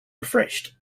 refreshed